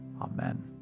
Amen